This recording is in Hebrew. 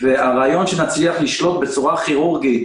הרעיון שנצליח לשלוט בצורה כירורגית